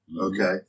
Okay